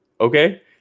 Okay